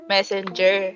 Messenger